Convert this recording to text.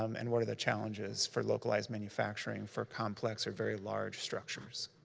um and what are the challenges for localized manufacturing for complex or very large structures.